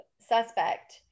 suspect